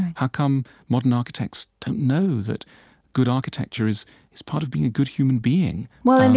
how come modern architects don't know that good architecture is is part of being a good human being? well, and